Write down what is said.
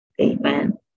Amen